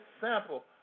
sample